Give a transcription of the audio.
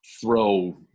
throw